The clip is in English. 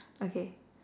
okay